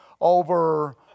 over